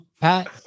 pat